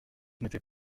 n’étais